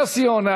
יוסי יונה,